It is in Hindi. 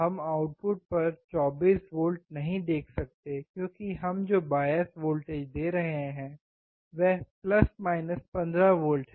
हम आउटपुट पर 24V नहीं देख सकते क्योंकि हम जो बायस वोल्टेज दे रहे हैं वह 15 V है